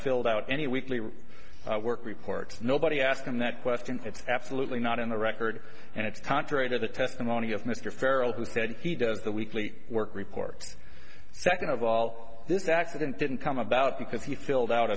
filled out any weekly work reports nobody asked him that question it's absolutely not in the record and it's contrary to the testimony of mr farrell who said he does the weekly work reports second of all this accident didn't come about because he filled out